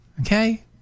Okay